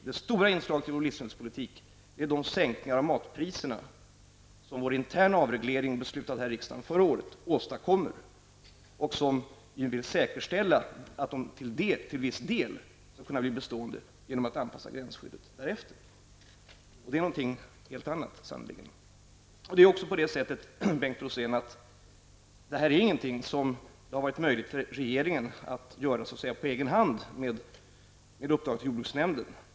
Det stora inslaget i vår livsmedelspolitik är de sänkningar av matpriserna som vår interna avreglering, som riksdagen fattade beslut om förra året, åstadkommer och som är tänkt att säkerställa att de till viss del skall kunna bli bestående genom att man anpassar gränsskyddet därefter. Och det är sannerligen något helt annat. Detta är ingenting, Bengt Rosén, som det har varit möjligt för regeringen att göra på egen hand med uppdrag till jordbruksnämnden.